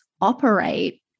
operate